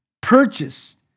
purchased